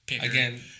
Again